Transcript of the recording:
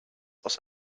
aus